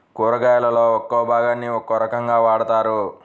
కూరగాయలలో ఒక్కో భాగాన్ని ఒక్కో రకంగా వాడతారు